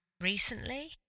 recently